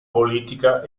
politica